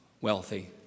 wealthy